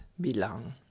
belong